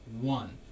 One